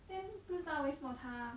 then 不知道为什么她